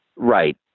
right